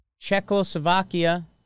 Czechoslovakia